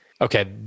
Okay